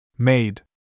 Made